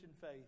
faith